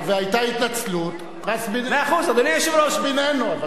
הגשתי תביעה והיתה התנצלות "ראס בין עינו".